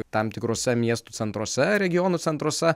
tam tikrose miestų centruose regionų centruose